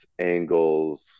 angles